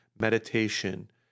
meditation